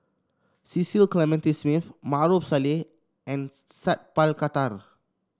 Cecil Clementi Smith Maarof Salleh and Sat Pal Khattar